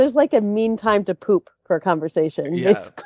there's like a mean time to poop for conversations. yeah